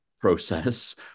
process